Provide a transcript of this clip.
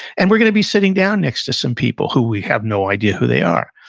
and we're going to be sitting down next to some people who we have no idea who they are.